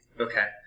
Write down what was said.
Okay